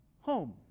home